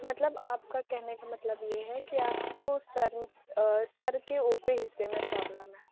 مطلب آپ کا کہنے کا مطلب یہ ہے کہ آپ کو سر آ سر کے اوپری حصّے میں پرابلم ہے